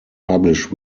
published